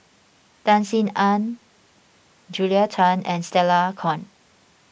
Tan Sin Aun Julia Tan and Stella Kon